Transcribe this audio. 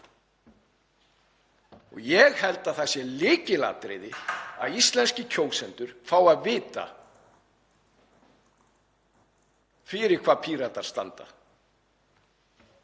Ég held að það sé lykilatriði að íslenskir kjósendur fái að vita fyrir hvað Píratar standa.